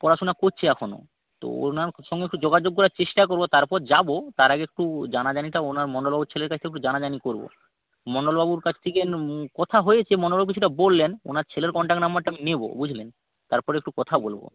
পড়াশুনা করছে এখনও তো ওনার সঙ্গে একটু যোগাযোগ করার চেষ্টা করব তারপর যাব তার আগে একটু জানাজানিটা ওনার মন্ডলবাবুর ছেলের কাছ থেকে একটু জানাজানি করব মন্ডলবাবুর কাছ থেকে কথা হয়েছে মন্ডলবাবু কিছুটা বললেন ওনার ছেলের কনট্যাক্ট নাম্বারটা আমি নেব বুঝলেন তার পরে একটু কথা বলব